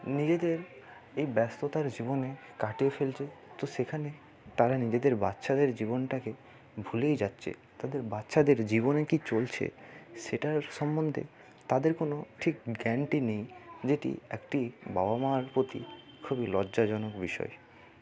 নিজেদের এই ব্যস্ততার জীবনে কাটিয়ে ফেলছে তো সেখানে তারা নিজেদের বাচ্ছাদের জীবনটাকে ভুলেই যাচ্ছে তাদের বাচ্চাদের জীবনে কি চলছে সেটার সম্বন্ধে তাদের কোনো ঠিক জ্ঞানটি নেই যেটি একটি বাবা মার প্রতি খুবই লজ্জাজনক বিষয়